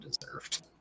deserved